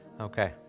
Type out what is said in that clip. Okay